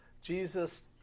Jesus